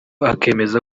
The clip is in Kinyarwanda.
akemeza